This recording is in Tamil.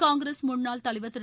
காங்கிரஸ் முன்னாள் தலைவர் திரு